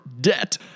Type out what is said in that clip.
debt